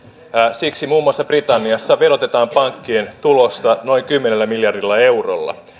siksi muun muassa britanniassa verotetaan pankkien tulosta noin kymmenellä miljardilla eurolla